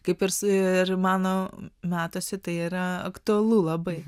kaip ir mano metuose tai yra aktualu labai